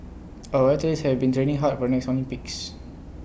our athletes have been training hard for next Olympics